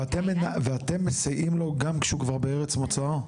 אתם מסייעים לו גם כשהוא בארץ מוצאו?